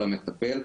על המטפל,